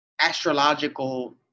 astrological